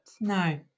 No